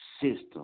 system